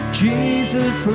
jesus